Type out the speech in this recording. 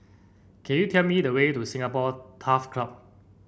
can you tell me the way to Singapore Turf Club